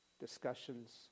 discussions